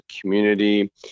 community